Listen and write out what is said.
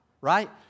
right